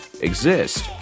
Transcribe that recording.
exist